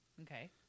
Okay